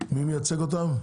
מי מייצג אותם?